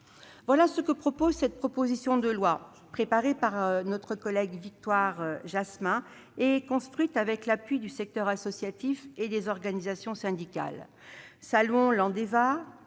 Tel est l'objet de cette proposition de loi, préparée par notre collègue Victoire Jasmin et construite avec l'appui du secteur associatif et des organisations syndicales. Saluons l'expertise